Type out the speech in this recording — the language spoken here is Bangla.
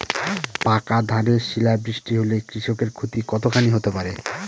পাকা ধানে শিলা বৃষ্টি হলে কৃষকের ক্ষতি কতখানি হতে পারে?